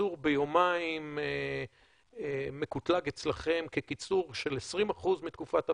קיצור ביומיים מקוטלג אצלכם כקיצור של 20% מתקופת הבידוד.